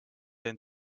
end